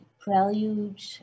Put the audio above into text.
prelude